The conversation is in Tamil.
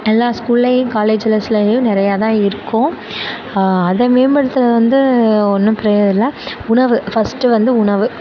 எல்லா ஸ்கூல்லேயும் காலேஜஸ்லேயும் நிறையா தான் இருக்கும் அதை மேம்படுத்துவது வந்து ஒன்றும் ப்ரியர் இல்லை உணவு ஃபர்ஸ்ட்டு வந்து உணவு